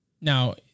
Now